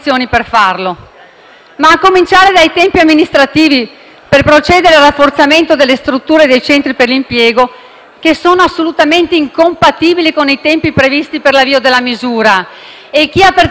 a cominciare dai tempi amministrativi per procedere al rafforzamento delle strutture dei centri per l'impiego, assolutamente incompatibili con i tempi previsti per l'avvio della misura. Chi ha partecipato con me